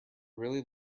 really